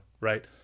right